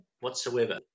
whatsoever